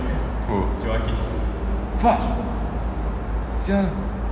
who fuck sia